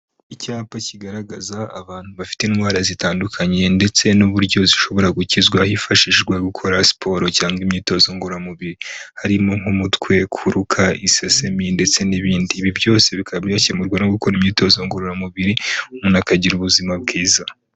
Icyapa kigaragaza abantu bafite indwara zitandukanye ndetse n'uburyo zishobora gukizwa hifashishwa gukora siporo cyangwa imyitozo ngorora mubiri harimo nk'umutwe ,kururuka, isesemi ndetse n'ibindi .. ibi byose bikaba byakemurwa no gukora imyitozo ngorora mubiri umuntu akagira ubuzima bwiza.